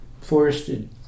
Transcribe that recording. forested